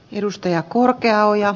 edustaja korkeaoja